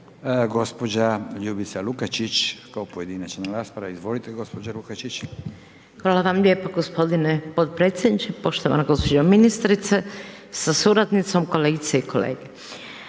Gospođa Lukačić kao pojedinačna rasprava. Izvolite gospođo Lukačić. **Lukačić, Ljubica (HDZ)** Hvala vam lijepo gospodine potpredsjedniče, poštovana gospođo ministrice sa suradnicom, kolegice i kolege.